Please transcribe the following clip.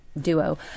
duo